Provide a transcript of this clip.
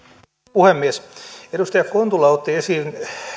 puhemies edustaja kontula otti esiin